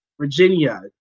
Virginia